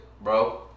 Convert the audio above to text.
bro